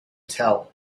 tell